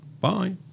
Bye